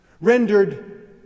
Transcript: Rendered